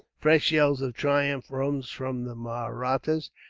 fresh yells of triumph rose from the mahrattas.